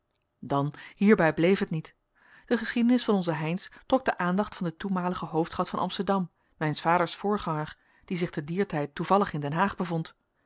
dan hierbij bleef het niet de geschiedenis van onzen heynsz trok de aandacht van den toenmaligen hoofdschout van amsterdam mijns vaders voorganger die zich te dier tijd toevallig in den haag bevond